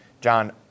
John